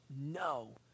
no